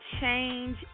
change